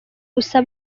gusa